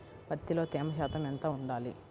పత్తిలో తేమ శాతం ఎంత ఉండాలి?